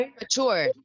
mature